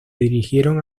dirigieron